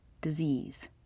disease